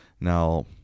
Now